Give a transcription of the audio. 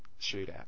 shootout